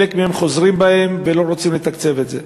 חלק מהם חוזרים בהם ולא רוצים לתקצב את זה.